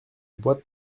boîte